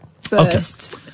first